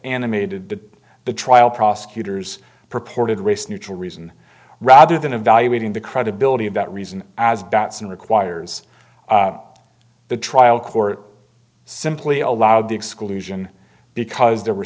animated that the trial prosecutors purported race neutral reason rather than evaluating the credibility of that reason as bateson requires the trial court simply allow the exclusion because there were